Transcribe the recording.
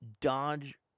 dodge